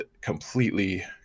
completely